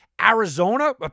Arizona